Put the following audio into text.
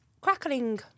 crackling